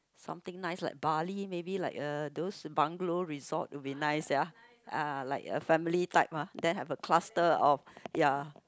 something nice like Bali maybe like uh those bungalow resort would be nice ya ah like a family type then have a cluster of ya